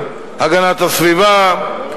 הגנת הסביבה,